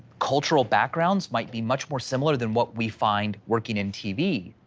cultural backgrounds might be much more similar than what we find working in tv,